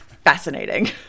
Fascinating